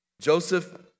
Joseph